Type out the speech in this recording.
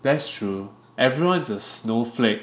that's true everyone's a snowflake